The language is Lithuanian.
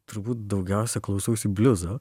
turbūt daugiausia klausausi bliuzo